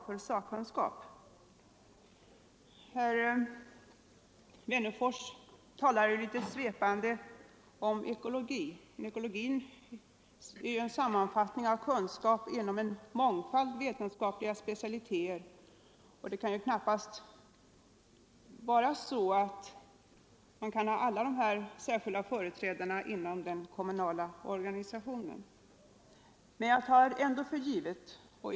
Herr Wennerfors talar litet svepande om ekologi, men ekologin är en sammanfattning av kunskaper inom en mångfald vetenskapliga specialiteter, och man kan knappast ha företrädare för alla dem inom den kommunla organisationen.